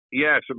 Yes